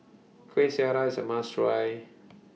Kuih Syara IS A must Try